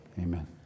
Amen